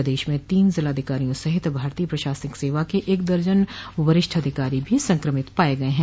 प्रदेश में तीन जिलाधिकारियों सहित भारतीय प्रशासनिक सेवा के एक दर्जन वरिष्ठ अधिकारी भी संक्रमित पाए गए हैं